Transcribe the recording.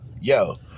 yo